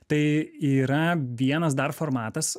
tai yra vienas dar formatas